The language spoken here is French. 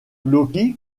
loki